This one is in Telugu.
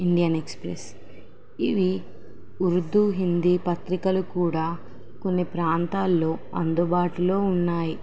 ఇండియన్ ఎక్స్ప్రెస్ ఇవి ఉర్దూ హిందీ పత్రికలు కూడా కొన్ని ప్రాంతాల్లో అందుబాటులో ఉన్నాయి